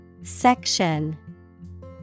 Section